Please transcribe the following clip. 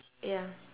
ya